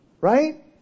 Right